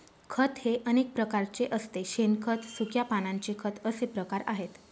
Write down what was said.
खत हे अनेक प्रकारचे असते शेणखत, सुक्या पानांचे खत असे प्रकार आहेत